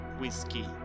whiskey